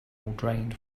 drained